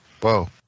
whoa